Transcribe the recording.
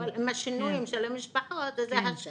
עם השינויים של המשפחות אז זה השש.